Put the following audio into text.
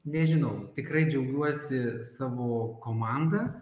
nežinau tikrai džiaugiuosi savo komanda